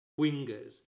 wingers